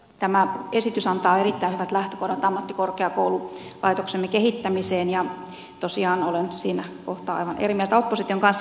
tämä esitys antaa erittäin hyvät lähtökohdat ammattikorkeakoululaitoksemme kehittämiseen ja tosiaan olen siinä kohtaa aivan eri mieltä opposition kanssa